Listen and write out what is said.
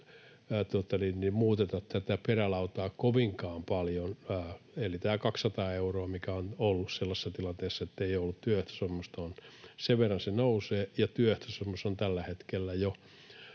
muuteta tätä perälautaa kovinkaan paljon, eli tämän 200 euron verran, mikä on ollut sellaisessa tilanteessa, ettei ole ollut työehtosopimusta, se nousee. Ja työehtosopimus on tällä hetkellä jo